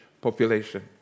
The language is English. population